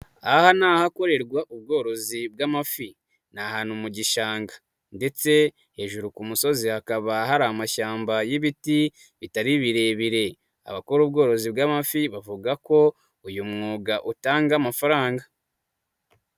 Aha ni ahakorerwa ubworozi bw'amafi, ni ahantu mu gishanga, ndetse hejuru ku musozi hakaba hari amashyamba y'ibiti bitari birebire. Abakora ubworozi bw'amafi bavuga ko uyu mwuga utanga amafaranga.